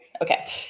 Okay